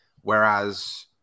Whereas